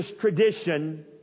tradition